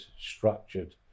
structured